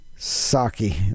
Saki